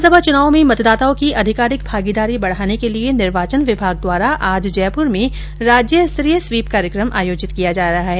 विधानसभा चुनाव में मतदाताओं की अधिकाधिक भागीदारी बढ़ाने के लिए निर्वाचन विभाग द्वारा आज जयपुर में राज्य स्तरीय स्वीप कार्यक्रम आयोजित किया जा रहा है